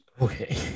Okay